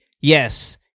yes